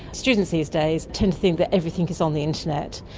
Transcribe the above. students these days tend to think that everything is on the internet,